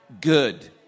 good